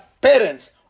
parents